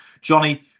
Johnny